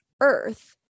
Earth